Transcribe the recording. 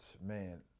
Man